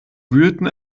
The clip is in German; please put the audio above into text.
wühlten